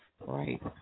right